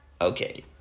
Okay